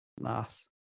nice